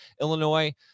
Illinois